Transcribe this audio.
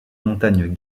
montagne